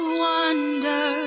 wonder